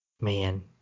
Man